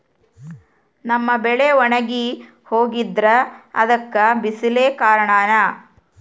ನಮ್ಮ ಬೆಳೆ ಒಣಗಿ ಹೋಗ್ತಿದ್ರ ಅದ್ಕೆ ಬಿಸಿಲೆ ಕಾರಣನ?